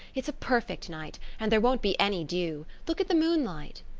it's a perfect night, and there won't be any dew. look at the moonlight.